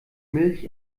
milch